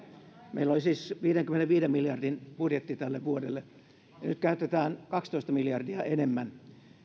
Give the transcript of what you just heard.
meillä oli siis viidenkymmenenviiden miljardin budjetti tälle vuodelle ja nyt käytetään kaksitoista miljardia enemmän